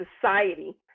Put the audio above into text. society